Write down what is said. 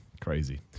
crazy